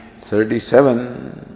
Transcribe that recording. thirty-seven